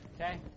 okay